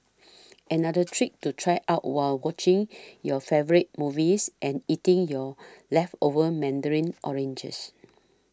another trick to try out while watching your favourite movies and eating your leftover Mandarin oranges